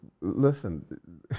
listen